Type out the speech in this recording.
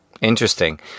Interesting